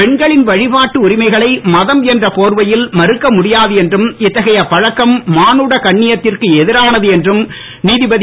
பெண்களின் வழிபாட்டு உரிமைகளை மதம் என்ற போர்வையில் மறுக்க முடியாது என்றும் இத்தகைய பழக்கம் மானுட கண்ணியத்திற்கு எதிரானது என்றும் நீதிபதி